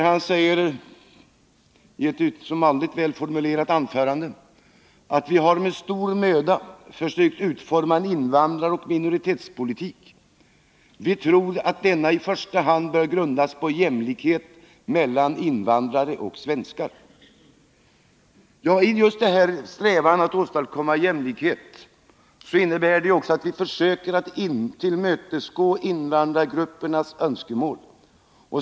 Han sade i ett som vanligt välformulerat anförande att vi med stor möda försökt utforma en invandraroch minoritetspolitik och att vi tror att denna i första hand bör grundas på jämlikhet mellan invandrare och svenskar. Denna strävan att åstadkomma jämlikhet innebär också att vi försöker att tillmötesgå invandrargruppernas önskemål.